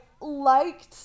liked